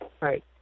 right